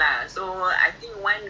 I see I see